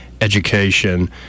Education